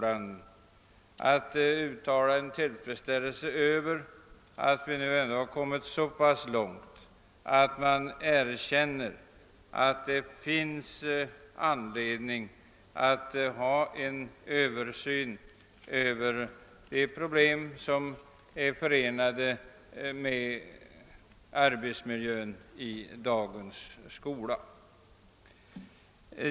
Jan, att uttala tillfredsställelse över att vi nu har kommit så långt att man erkänner att det finns anledning till översyn av de problem som är förenade med arbetsmiljön i dagens skola.